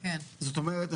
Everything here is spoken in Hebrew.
זאת אומרת,